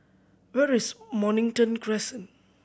where is Mornington Crescent